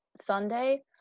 Sunday